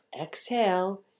exhale